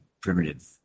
primitive